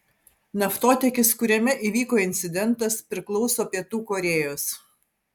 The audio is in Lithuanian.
naftotiekis kuriame įvyko incidentas priklauso pietų korėjos